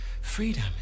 freedom